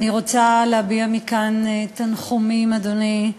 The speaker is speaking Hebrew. אני רוצה להביע מכאן תנחומים, אדוני,